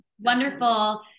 Wonderful